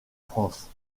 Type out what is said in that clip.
france